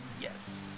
Yes